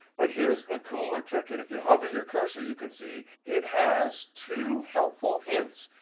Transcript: but here's the cooler trick, and if you hover your cursor, you can see, it has two helpful hints.